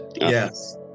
yes